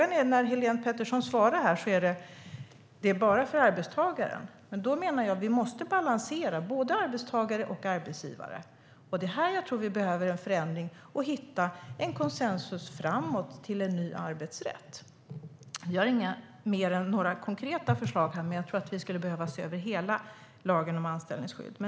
När Helén Pettersson svarar gäller detta bara för arbetstagaren, men jag menar att vi måste balansera mellan både arbetstagare och arbetsgivare. Här behöver vi en förändring för att hitta en konsensus framåt till en ny arbetsrätt. Jag har inga konkreta förslag här och nu, men jag tror att vi skulle behöva se över hela lagen om anställningsskydd.